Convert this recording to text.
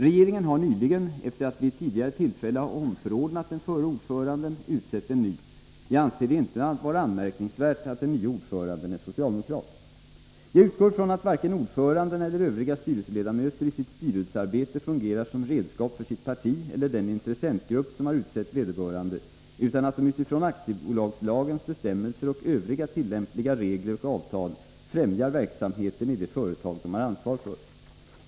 Regeringen har nyligen — efter att vid ett tidigare tillfälle ha omförordnat den förre ordföranden — utsett en ny. Jag anser det inte vara anmärkningsvärt att den nya ordföranden är socialdemokrat. Jag utgår från att varken ordföranden eller övriga styrelseledamöter i sitt styrelsearbete fungerar som redskap för sitt parti eller den intressentgrupp som har utsett vederbörande, utan att de utifrån aktiebolagslagens bestämmelser och övriga tillämpliga regler och avtal främjar verksamheten i det företag de har ansvar för.